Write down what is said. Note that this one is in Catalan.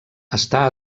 està